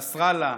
נסראללה,